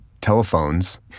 telephones